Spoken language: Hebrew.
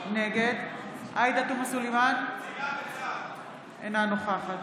נגד עאידה תומא סלימאן, אינה נוכחת